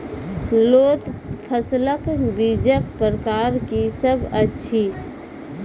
लोत फसलक बीजक प्रकार की सब अछि?